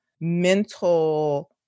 mental